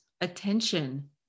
attention